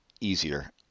easier